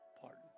pardon